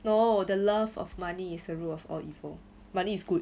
no the love of money is the root of all evil money is good